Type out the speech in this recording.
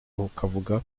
ukavuga